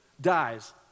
dies